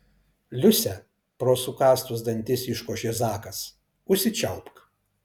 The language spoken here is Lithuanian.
liuse pro sukąstus dantis iškošė zakas užsičiaupk